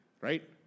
right